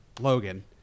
Logan